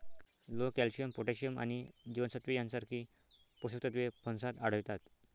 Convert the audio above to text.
लोह, calcium, potassium आणि जीवनसत्त्वे यांसारखी पोषक तत्वे फणसात आढळतात